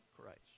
Christ